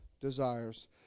desires